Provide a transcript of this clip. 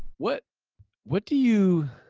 what what do you,